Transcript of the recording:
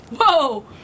Whoa